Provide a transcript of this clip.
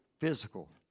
physical